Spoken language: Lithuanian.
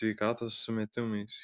sveikatos sumetimais